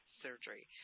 surgery